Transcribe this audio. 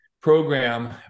program